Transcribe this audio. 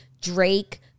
Drake